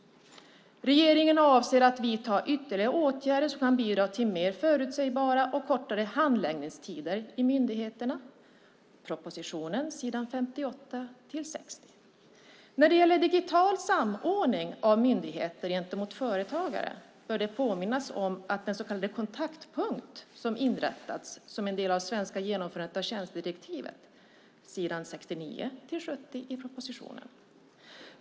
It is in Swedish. Regeringen avser att vidta ytterligare åtgärder som kan bidra till mer förutsägbara och kortare handläggningstider i myndigheterna. Det framgår av propositionen på s. 58-60. När det gäller digital samordning av myndigheter gentemot företagare bör det påminnas om den så kallade kontaktpunkt som inrättats som en del av det svenska genomförandet av tjänstedirektivet. Det framgår av propositionen på s. 69-70.